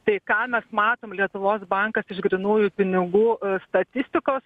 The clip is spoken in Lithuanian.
tai ką mes matom lietuvos bankas iš grynųjų pinigų statistikos